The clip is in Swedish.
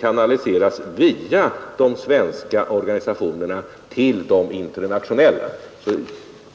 kanaliseras via de svenska organisationerna till de internationella.